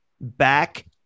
back